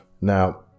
Now